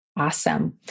Awesome